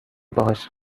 باهاش